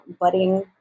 budding